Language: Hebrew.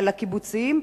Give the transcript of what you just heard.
על הקיבוצים,